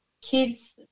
kids